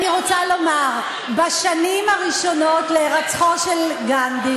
בשנים הראשונות אחרי הירצחו של גנדי